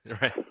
Right